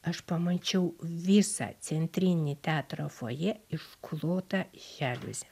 aš pamačiau visą centrinį teatro fojė išklotą želiuze